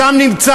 שם זה נמצא.